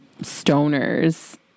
stoners